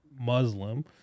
Muslim